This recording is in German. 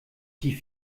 die